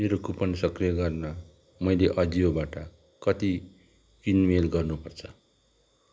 मेरो कुपन सक्रिय गर्न मैले अजियोबाट कति किनमेल गर्नुपर्छ